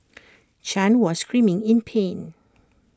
chan was screaming in pain